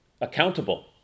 accountable